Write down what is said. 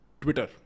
Twitter